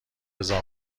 رضا